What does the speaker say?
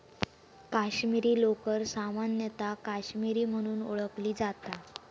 काश्मीरी लोकर सामान्यतः काश्मीरी म्हणून ओळखली जाता